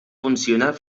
funcionar